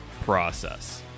process